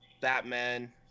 Batman